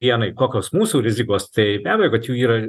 dienai kokos mūsų rizikos tai be abejo kad jų yra